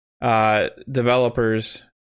developers